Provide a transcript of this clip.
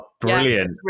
brilliant